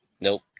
nope